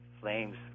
flames